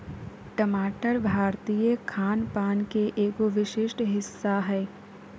टमाटर भारतीय खान पान के एगो विशिष्ट हिस्सा हय